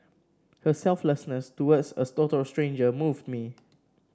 her selflessness towards as total stranger moved me